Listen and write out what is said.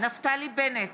נפתלי בנט,